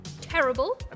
terrible